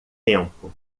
tempo